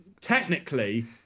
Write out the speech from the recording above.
Technically